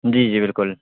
جی جی بالکل